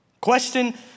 Question